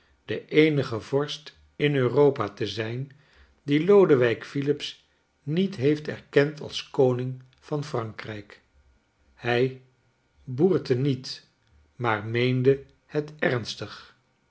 de eenige vorst in eur op a te zijn die lodewijk philips niet heeft erkend als koning van p r an k r ij k hij boertte niet maar meende het ernstig